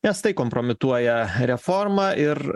nes tai kompromituoja reformą ir